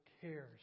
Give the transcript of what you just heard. cares